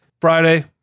Friday